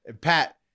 Pat